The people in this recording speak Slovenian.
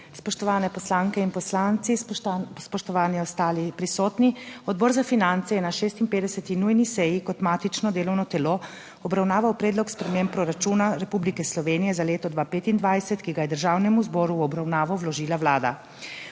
Spoštovane poslanke in poslanci, spoštovani ostali prisotni! Odbor za finance je na 56. nujni seji kot matično delovno telo obravnaval Predlog sprememb proračuna Republike Slovenije za leto 2025, ki ga je Državnemu zboru v obravnavo vložila Vlada.